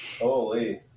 holy